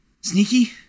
sneaky